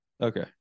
Okay